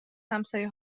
همسایه